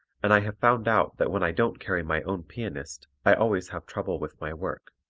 and i have found out that when i don't carry my own pianist i always have trouble with my work.